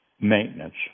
maintenance